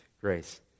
grace